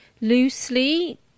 loosely